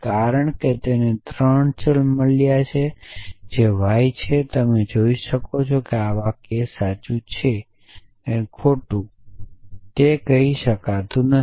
કારણ કે તેને 3 ચલ મળ્યું છે જે y છે અને તમે જોઈ શકો છો કે આ વાક્ય સાચું છે કે ખોટું તે કહી શકતા નથી